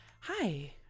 Hi